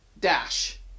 dash